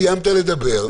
סיימת לדבר.